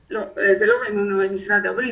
לא, זה לא במימון משרד הבריאות.